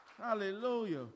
Hallelujah